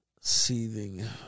Seething